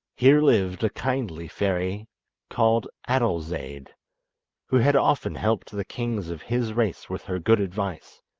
here lived a kindly fairy called adolzaide, who had often helped the kings of his race with her good advice,